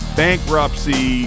bankruptcy